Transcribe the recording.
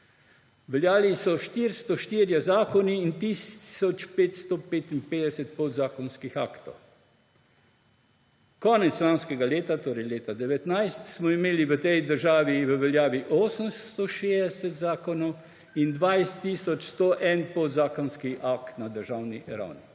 »Veljali so 404 zakoni in tisoč 555 podzakonskih aktov. Konec lanskega leta,« torej leta 2019, »smo imeli v tej državi v veljavi 860 zakonov in 20 tisoč 101 podzakonski akt na državni ravni.